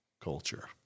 culture